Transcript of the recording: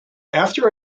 after